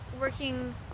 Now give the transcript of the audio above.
working